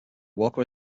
walker